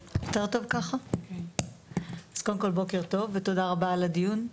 אז קודם כל בוקר טוב, ותודה רבה על הדיון.